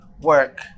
work